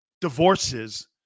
divorces